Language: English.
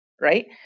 right